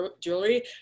jewelry